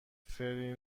فری